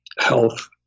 health